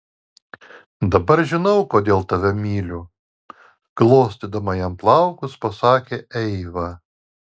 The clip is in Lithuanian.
dabar žinau kodėl tave myliu glostydama jam plaukus pasakė eiva